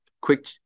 quick